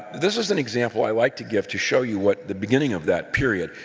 this is an example i like to give to show you what the beginning of that period,